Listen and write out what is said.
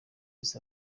east